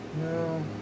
No